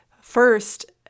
First